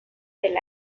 del